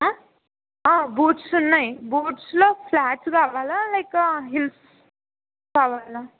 boots ఉన్నాయ్ బూట్స్లో flats కావాలా లైక్ హీల్స్ కావాలా